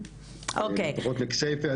לפחות לכסייפה.